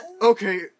Okay